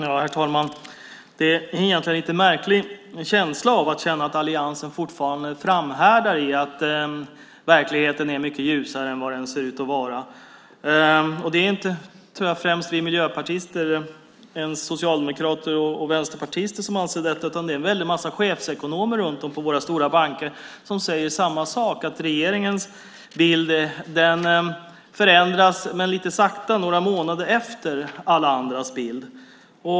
Herr talman! Det är egentligen lite märkligt att alliansen fortfarande framhärdar i att verkligheten är mycket ljusare än vad den är. Det inte främst vi miljöpartister eller socialdemokrater och vänsterpartister som anser detta, utan det är en väldig massa chefsekonomer på våra stora banker som säger det. De säger att regeringens bild förändras lite sakta, några månader efter alla andras.